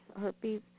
herpes